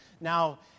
Now